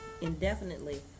indefinitely